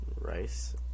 Rice